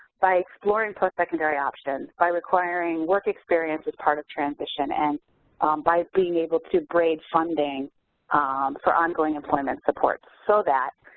by exploring post-secondary options, by requiring work experience as part of transition, and by being able to braid funding for on-going employment support so that